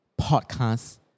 Podcast